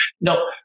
No